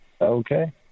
Okay